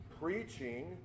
preaching